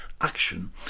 action